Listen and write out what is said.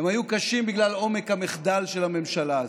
הם היו קשים בגלל עומק המחדל של הממשלה הזו.